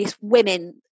women